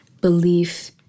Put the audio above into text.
belief